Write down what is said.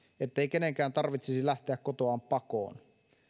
ettei kenenkään tarvitsisi lähteä kotoaan pakoon